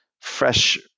fresh